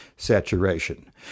saturation